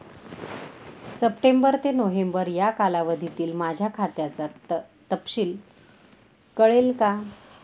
September ते November या कालावधीतील माझ्या खात्याचा तपशील कळेल का?